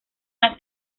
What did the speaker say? las